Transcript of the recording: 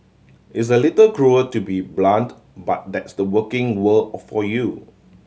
it's a little cruel to be blunt but that's the working world for you